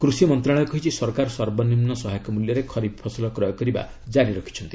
କୃଷି ମନ୍ତ୍ରଣାଳୟ କହିଛି ସରକାର ସର୍ବନିମ୍ନ ସହାୟକ ମୂଲ୍ୟରେ ଖରିଫ୍ ଫସଲ କ୍ରୟ କରିବା ଜାରି ରଖିଛନ୍ତି